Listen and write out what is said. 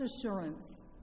assurance